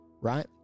Right